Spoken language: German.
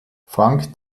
frank